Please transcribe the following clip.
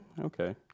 Okay